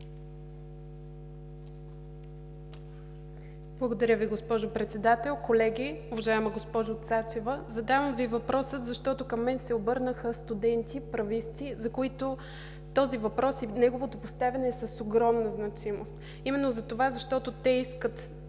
Благодаря Ви, госпожо Председател. Колеги, уважаема госпожо Цачева! Задавам Ви въпроса, защото към мен се обърнаха студенти – прависти, за които този въпрос и неговото поставяне е с огромна значимост. Именно затова, защото те искат